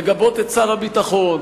לגבות את שר הביטחון,